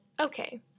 Okay